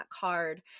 card